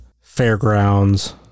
Fairgrounds